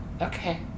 Okay